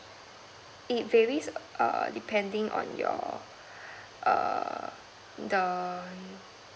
it varies err depending on your err the